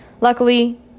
Luckily